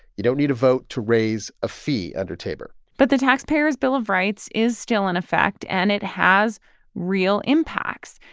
you don't need to vote to raise a fee under tabor but the taxpayer's bill of rights is still in effect, and it has real impacts.